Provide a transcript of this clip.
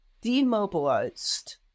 demobilized